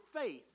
faith